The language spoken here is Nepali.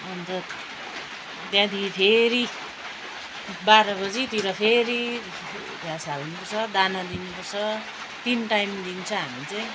अन्त त्यहाँदेखि फेरि बाह्र बजीतिर फेरि घाँस हालिदिनु पर्छ दाना दिनुपर्छ तिन टाइम दिन्छ हामी चाहिँ